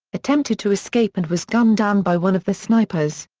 attempted to escape and was gunned down by one of the snipers.